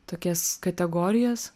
tokias kategorijas